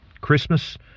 Christmas